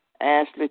Ashley